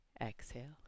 Exhale